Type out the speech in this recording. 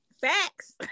Facts